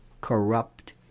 corrupt